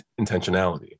intentionality